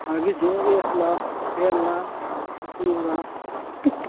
ꯍꯥꯒꯤꯁꯁꯦ ꯑꯦꯁ ꯂ ꯑꯦꯜꯂ ꯏꯌꯨꯔ